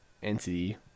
entity